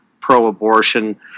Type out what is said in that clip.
pro-abortion